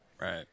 Right